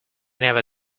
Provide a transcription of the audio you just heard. never